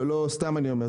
לא סתם אני אומר,